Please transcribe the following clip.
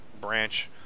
branch